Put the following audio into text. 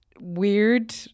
weird